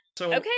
okay